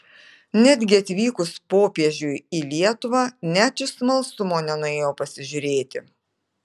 netgi atvykus popiežiui į lietuvą net iš smalsumo nenuėjo pasižiūrėti